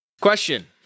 Question